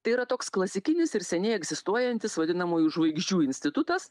tai yra toks klasikinis ir seniai egzistuojantis vadinamųjų žvaigždžių institutas